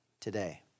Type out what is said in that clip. today